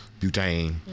butane